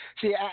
See